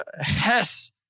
Hess